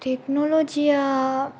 technology या